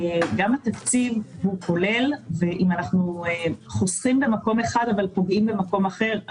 גם התקציב כולל ואם אנחנו חוסכים במקום אחד אבל פוגעים במקום אחר,